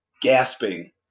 gasping